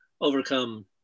overcome